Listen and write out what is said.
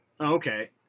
Okay